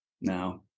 now